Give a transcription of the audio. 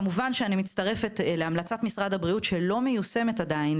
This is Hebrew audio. כמובן שאני מצטרפת להמלצת משרד הבריאות שלא מיושמת עדיין,